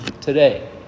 today